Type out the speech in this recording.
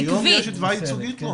כיום יש תביעה ייצוגית?